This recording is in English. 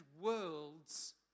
worlds